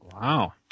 Wow